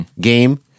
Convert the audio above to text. game